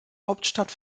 hauptstadt